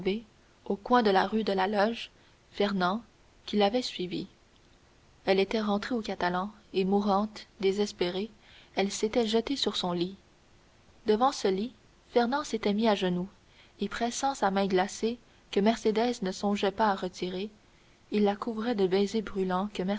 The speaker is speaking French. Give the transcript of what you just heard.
au coin de la rue de la loge fernand qui l'avait suivie elle était rentrée aux catalans et mourante désespérée elle s'était jetée sur son lit devant ce lit fernand s'était mis à genoux et pressant sa main glacée que mercédès ne songeait pas à retirer il la couvrait de baisers brûlants que